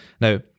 Now